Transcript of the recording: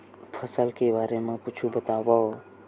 फसल के बारे मा कुछु बतावव